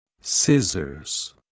scissors